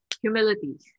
humility